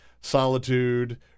solitude